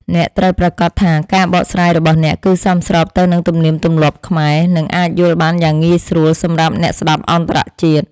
អ្នកត្រូវប្រាកដថាការបកស្រាយរបស់អ្នកគឺសមស្របទៅនឹងទំនៀមទម្លាប់ខ្មែរ និងអាចយល់បានយ៉ាងងាយស្រួលសម្រាប់អ្នកស្តាប់អន្តរជាតិ។